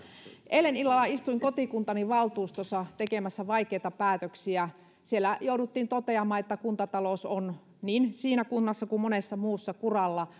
eilen illalla istuin kotikuntani valtuustossa tekemässä vaikeita päätöksiä siellä jouduttiin toteamaan että kuntatalous on niin siinä kunnassa kuin monessa muussa kuralla